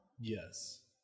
Yes